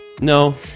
No